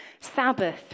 Sabbath